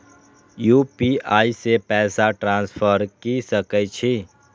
UPI से पैसा transfer की सके छी?